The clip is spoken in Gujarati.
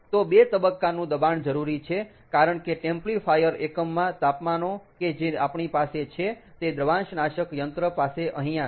તો 2 તબક્કાનું દબાણ જરૂરી છે કારણ કે ટેમ્પ્લીફાયર એકમમાં તાપમાનો કે જે આપણી પાસે છે તે દ્રવાંશનાશક યંત્ર પાસે અહીંયા છે